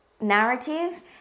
narrative